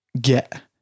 get